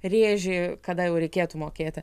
rėžį kada jau reikėtų mokėti